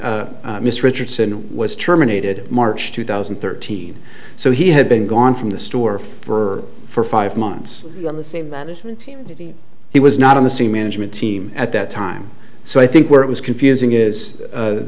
she missed richardson was terminated march two thousand and thirteen so he had been gone from the store for for five months on the same management team he was not in the same management team at that time so i think where it was confusing is